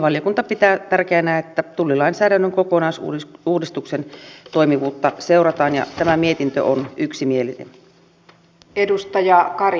valiokunta pitää tärkeänä että tullilainsäädännön kokonaisuudistuksen toimivuutta seurataan ja tämä mietintö on yksimielinen